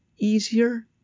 easier